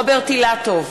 רוברט אילטוב,